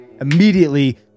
Immediately